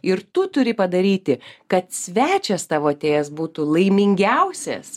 ir tu turi padaryti kad svečias tavo atėjęs būtų laimingiausias